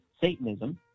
satanism